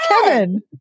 Kevin